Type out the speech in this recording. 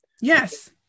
Yes